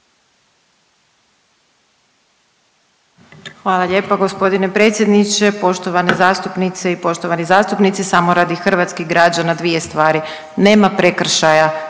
Hvala lijepa gospodine predsjedniče. Poštovane zastupnice i poštovani zastupnici, samo radi hrvatskih građana dvije stvari. Nema prekršaja,